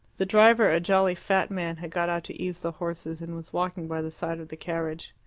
the driver, a jolly fat man, had got out to ease the horses, and was walking by the side of the carriage.